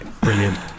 Brilliant